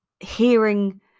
Hearing